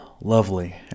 lovely